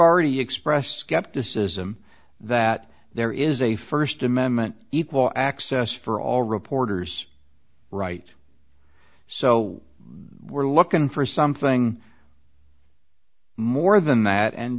already expressed skepticism that there is a first amendment equal access for all reporters right so we're looking for something more than that and